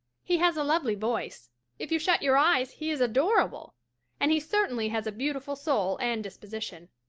he has a lovely voice if you shut your eyes he is adorable and he certainly has a beautiful soul and disposition.